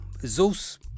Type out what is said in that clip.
Zeus